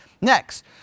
Next